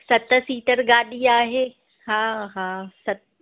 सत सीटर गाॾी आहे हा हा सत